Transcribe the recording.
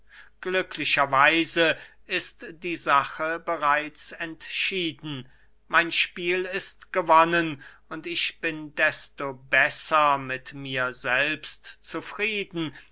weise ist die sache bereits entschieden mein spiel ist gewonnen und ich bin desto besser mit mir selbst zufrieden